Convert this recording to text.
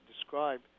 describe